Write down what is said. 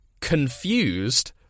Confused